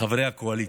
חברי הקואליציה,